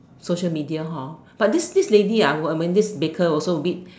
social media hor but this this lady this baker also a bit